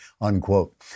unquote